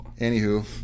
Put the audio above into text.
anywho